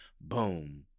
Boom